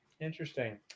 Interesting